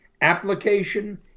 application